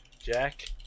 Jack